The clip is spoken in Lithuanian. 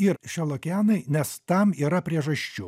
ir šiolokianai nes tam yra priežasčių